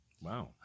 Wow